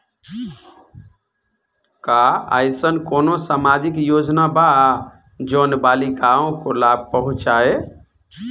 का अइसन कोनो सामाजिक योजना बा जोन बालिकाओं को लाभ पहुँचाए?